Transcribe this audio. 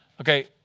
Okay